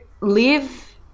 live